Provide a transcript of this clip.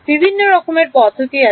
বিভিন্ন রকমের পদ্ধতি আছে